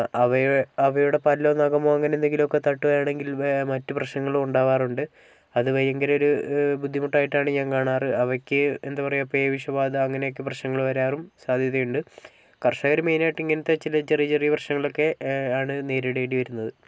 അവയുടെ പല്ലോ നഖമോ അങ്ങനെ എന്തെങ്കിലുമൊക്കെ തട്ടുകയാണെങ്കിൽ മറ്റു പ്രശ്നങ്ങളും ഉണ്ടാവാറുണ്ട് അതു ഭയങ്കര ഒരു ബുദ്ധിമുട്ടായിട്ടാണ് ഞാൻ കാണാറ് അവയ്ക്ക് എന്താ പറയുക പേവിഷബാധ അങ്ങനെയൊക്കെ പ്രശ്നങ്ങൾ വരാറും സാധ്യതയുണ്ട് കർഷകർ മെയിനായിട്ട് ഇങ്ങനത്തെ ചില ചെറിയ ചെറിയ പ്രശ്നങ്ങളൊക്കെ ആണ് നേരിടേണ്ടി വരുന്നത്